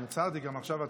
"קם העם היהודי",